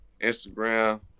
Instagram